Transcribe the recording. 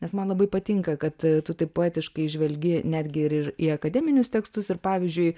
nes man labai patinka kad tu taip poetiškai žvelgi netgi ir ir į akademinius tekstus ir pavyzdžiui